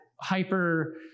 hyper